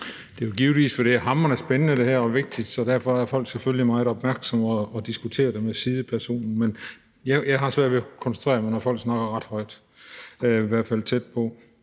Det er givetvis, fordi det her er hamrende spændende og vigtigt, og derfor er folk selvfølgelig meget opmærksomme og diskuterer det med sidepersonen. Men jeg har svært ved at koncentrere mig, når folk snakker ret højt, i hvert fald når